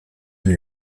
une